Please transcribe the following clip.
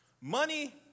Money